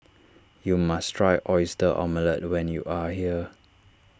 you must try Oyster Omelette when you are here